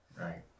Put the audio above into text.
Right